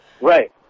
Right